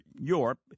europe